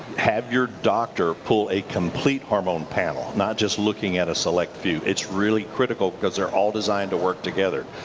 have your doctor pull a complete hormone panel. not just looking at a select few. it's really critical cause they're all designed to work together.